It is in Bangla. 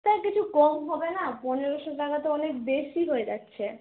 স্যার কিছু কম হবে না পনেরোশো টাকা তো অনেক বেশি হয়ে যাচ্ছে